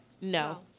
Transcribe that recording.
No